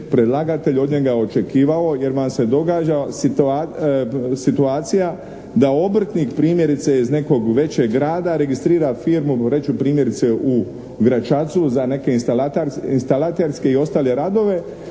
predlagatelj od njega očekivao jer vam se događa situacija da obrtnik primjerice iz nekog većeg rada registrira firmu, reći ću primjerice u Gračacu za neke instalaterske i ostale radove